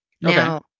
now